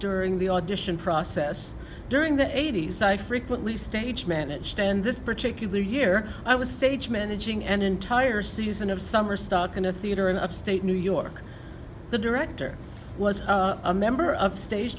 during the audition process during the eighty's i frequently stage managed and this particular year i was stage managing an entire season of summer stock in a theater in upstate new york the director was a member of stage